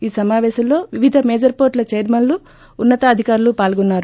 ఈ సమాపేశంలో వివిధ మేజర్ ఏోర్టుల చైర్మన్లు ఉన్న తాధికారులు పాల్గొన్నారు